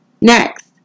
Next